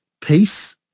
peace